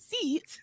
seat